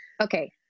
Okay